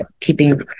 keeping